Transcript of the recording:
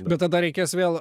bet tada reikės vėl